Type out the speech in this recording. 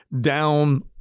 down